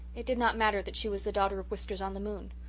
it did not matter that she was the daughter of whiskers-on-the-moon.